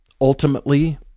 Ultimately